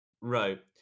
right